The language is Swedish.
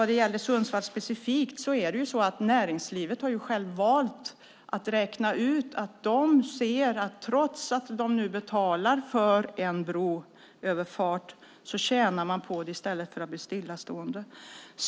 När det gäller Sundsvall har näringslivet räknat ut att man, trots att man betalar för en broöverfart, tjänar på det eftersom man slipper att bli stillastående i trafiken.